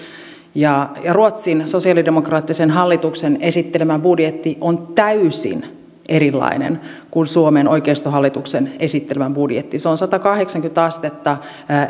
ruotsin sosialidemokraattisen hallituksen esittelemä budjetti on täysin erilainen kuin suomen oikeistohallituksen esittelemä budjetti se on satakahdeksankymmentä astetta